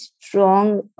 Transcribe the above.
strong